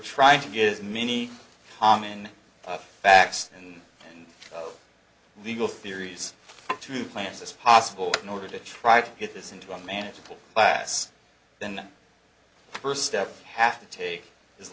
trying to get as many common facts and legal theories to plants as possible in order to try to get this into a manageable class then the first step have to take is